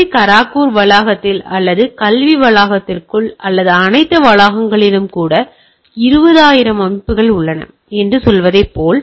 D Kharagpur வளாகத்தில் அல்லது கல்வி வளாகத்திற்குள் அல்லது அனைத்து வளாகங்களிலும் கூட 20000 அமைப்புகள் உள்ளன என்று சொல்வதைப் போல